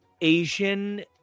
asian